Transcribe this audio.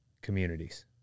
communities